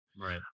Right